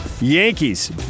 Yankees